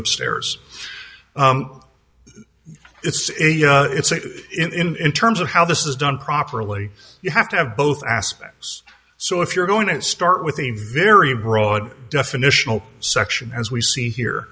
upstairs it's a it's in terms of how this is done properly you have to have both aspects so if you're going to start with a very broad definitional section as we see here